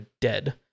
dead